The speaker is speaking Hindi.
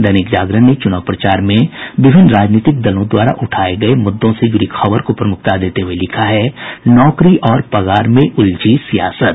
दैनिक जागरण ने चूनाव प्रचार में विभिन्न राजनीतिक दलों द्वारा उठाये गये मुद्दों से जुड़ी खबर को प्रमुखता देते हुए लिखा है नौकरी और पगार में उलझी सियासत